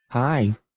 Hi